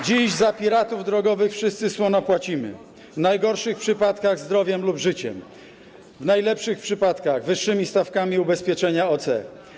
Dziś za piratów drogowych wszyscy słono płacimy, w najgorszych przypadkach - zdrowiem lub życiem, w najlepszych przypadkach - wyższymi stawkami ubezpieczenia OC.